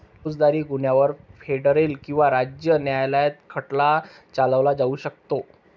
फौजदारी गुन्ह्यांवर फेडरल किंवा राज्य न्यायालयात खटला चालवला जाऊ शकतो